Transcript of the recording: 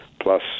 plus